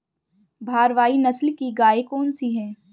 भारवाही नस्ल की गायें कौन सी हैं?